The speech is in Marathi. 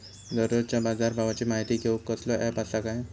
दररोजच्या बाजारभावाची माहिती घेऊक कसलो अँप आसा काय?